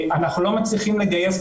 אנחנו לא מצליחים לגייס,